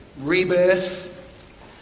rebirth